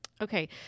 Okay